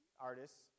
artists